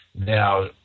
Now